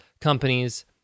companies